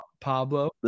Pablo